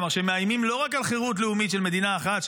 כלומר מאיימים לא רק על חירות לאומית של מדינה אחת,